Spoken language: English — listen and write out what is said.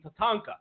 Tatanka